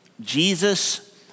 Jesus